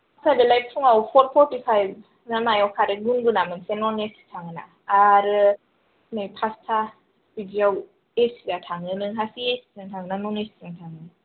ट्रेभेला फुङाव फर फर्टिफाइभ ना मायाव खारो गुनगुनानो न'न एसिगोनाङा आरो नै फासथा बिदियाव एसिआ थाङो नोंहासो एसिजों थाङो ना न'न एसिजों थाङो